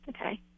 Okay